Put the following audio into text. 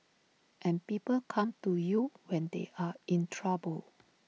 and people come to you when they are in trouble